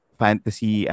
fantasy